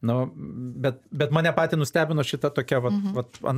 nu bet bet mane patį nustebino šita tokia va va ana